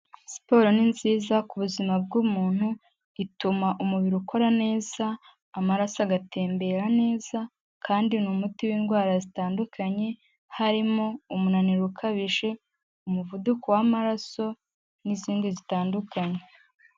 Siporo ni nziza ku buzima bw'umuntu, ituma umubiri ukora neza, amaraso agatembera neza, kandi ni umuti w'indwara zitandukanye harimo umunaniro ukabije, umuvuduko w'amaraso n'izindi zitandukanye.